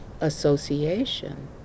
association